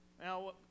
Now